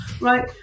right